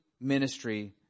ministry